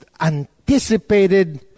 anticipated